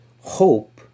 hope